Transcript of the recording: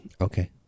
Okay